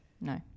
No